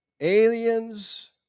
Aliens